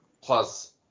Plus